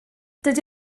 dydy